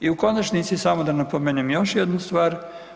I u konačnici samo da napomenem još jednu stvar.